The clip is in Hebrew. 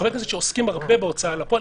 חברי כנסת שעוסקים הרבה בהוצאה לפועל,